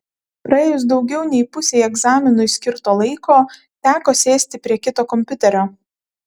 praėjus daugiau nei pusei egzaminui skirto laiko teko sėsti prie kito kompiuterio